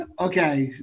Okay